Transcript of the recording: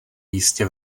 jistě